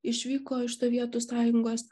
išvyko iš sovietų sąjungos